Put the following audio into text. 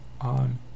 on